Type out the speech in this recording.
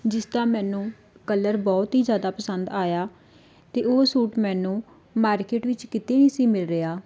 ਜਿਸਦਾ ਮੈਨੂੰ ਕਲਰ ਬਹੁਤ ਹੀ ਜ਼ਿਆਦਾ ਪਸੰਦ ਆਇਆ ਅਤੇ ਉਹ ਸੂਟ ਮੈਨੂੰ ਮਾਰਕੀਟ ਵਿੱਚ ਕਿਤੇ ਨਹੀਂ ਸੀ ਮਿਲ ਰਿਹਾ